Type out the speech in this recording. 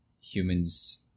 humans